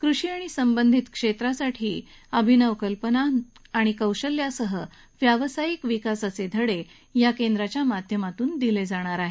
कृषी आणि संबंधित क्षेत्रासाठी नवकल्पना कौशल्यासह व्यावसायिक विकासाचे धडे या केंद्राच्या माध्यमातून दिले जाणार आहेत